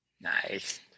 Nice